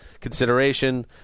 consideration